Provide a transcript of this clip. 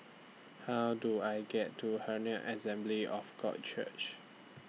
How Do I get to Herald Assembly of God Church